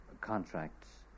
contracts